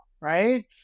right